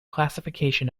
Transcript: classification